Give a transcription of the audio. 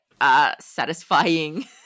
Satisfying